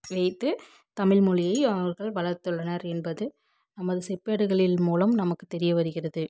வைத்து தமிழ்மொழியை அவர்கள் வளர்த்துள்ளனர் என்பது நமது செப்பேடுகளில் மூலம் நமக்கு தெரிய வருகிறது